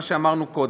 מה שאמרנו קודם.